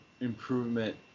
improvement